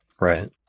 Right